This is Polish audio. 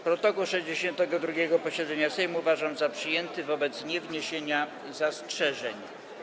Protokół 62. posiedzenia Sejmu uważam za przyjęty wobec niewniesienia zastrzeżeń.